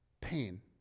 pain